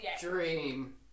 dream